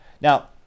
Now